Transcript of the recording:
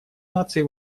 наций